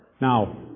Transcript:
Now